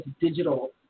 digital